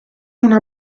una